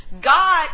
God